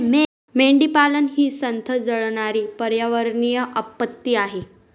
मेंढीपालन ही संथ जळणारी पर्यावरणीय आपत्ती आहे